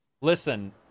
listen